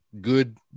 good